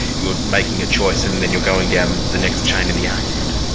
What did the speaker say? you're making a choice and then you're going down the next chain in the argument.